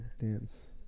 dance